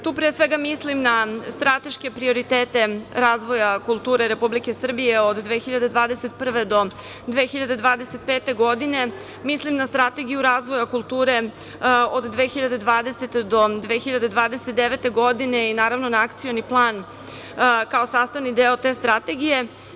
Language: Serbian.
Tu, pre svega, mislim na strateške prioritete razvoja kulture Republike Srbije od 2021. do 2025. godine, mislim na Strategiju razvoja kulture od 2020. do 2029. godine i, naravno, na Akcioni plan kao sastavni deo te Strategije.